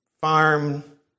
farm